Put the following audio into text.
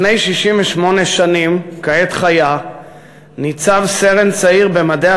לפני 68 שנים בדיוק ניצב סרן צעיר במדי